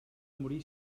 morir